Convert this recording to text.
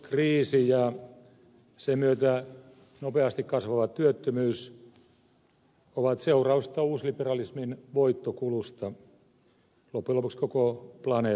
talouskriisi ja sen myötä nopeasti kasvava työttömyys ovat seurausta uusliberalismin voittokulusta loppujen lopuksi koko planeetalla